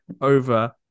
over